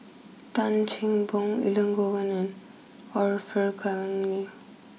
Tan Cheng Bock Elangovan and Orfeur Cavenagh